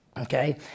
okay